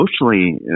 emotionally